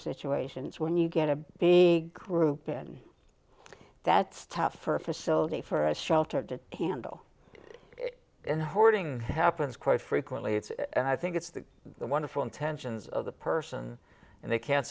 situations when you get a big group in that's tough for a facility for a shelter did he handle and hoarding happens quite frequently and i think it's the the wonderful intentions of the person and they can